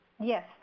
Yes